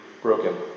broken